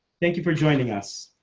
thank you for joining us.